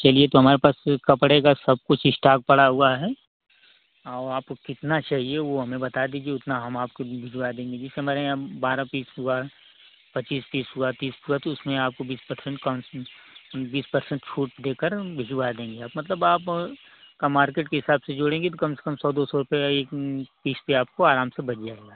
चलिए तो हमारे पास कपड़े का सब कुछ इस्टाक पड़ा हुआ है और आपको कितना चाहिए वह हमें बता दीजिए उतना हम आपको भिजवा देंगे जैसे हमारे यहाँ बारह पीस हुआ पच्चीस तीस हुआ तीस हुआ तो उसमें आपको बीस पर्सेन्ट काउंस बीस पर्सेन्ट छूट देकर भिजवा देंगे मतलब आप का मार्केट के हिसाब से जोड़ेंगी तो कम से कम सौ दो सौ रुपये का एक पीस पर आपको आराम से बच जाएगा